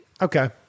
Okay